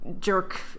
Jerk